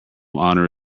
honour